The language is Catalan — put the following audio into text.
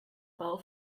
peó